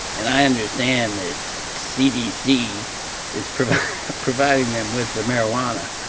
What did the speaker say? and i understand that cdc is providing them with the marijuana.